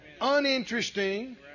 uninteresting